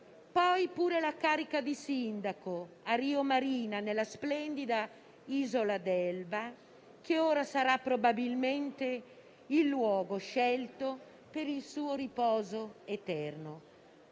poi, anche la carica di sindaco a Rio Marina, nella splendida isola d'Elba, che ora sarà probabilmente il luogo scelto per il suo riposo eterno.